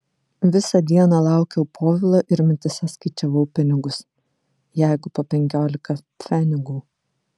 visą dieną laukiau povilo ir mintyse skaičiavau pinigus jeigu po penkiolika pfenigų